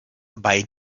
bei